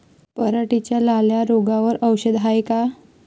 पराटीच्या लाल्या रोगावर औषध हाये का?